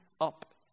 up